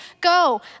go